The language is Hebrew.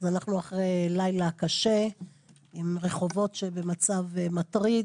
אנחנו אחרי לילה קשה עם רחובות במצב מטריד